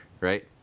right